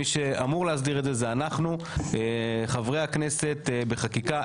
מי שאמור להסדיר את זה אנחנו חברי הכנסת בחקיקה,